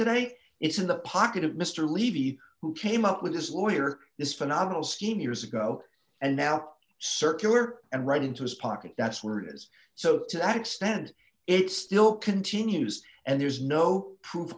i it's in the pocket of mr levy who came up with his lawyer is phenomenal scheme years ago and now circular and right into his pocket that's where it is so tax that it still continues and there's no proof